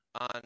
on